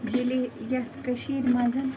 ییٚلہِ یَتھ کٔشیٖرِ منٛز